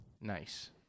Nice